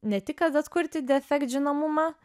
ne tik kad atkurti defektas žinomumą